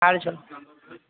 બહાર છો